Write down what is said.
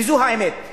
זאת האמת.